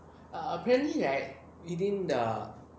err apparently right within the